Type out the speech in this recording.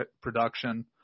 production